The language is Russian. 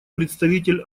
представитель